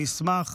אני אשמח